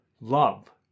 love